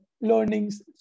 learnings